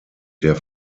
der